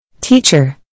Teacher